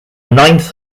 ninth